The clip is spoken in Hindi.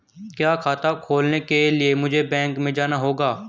क्या खाता खोलने के लिए मुझे बैंक में जाना होगा?